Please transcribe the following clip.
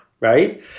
right